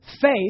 faith